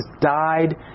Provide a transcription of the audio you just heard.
died